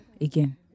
again